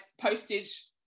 postage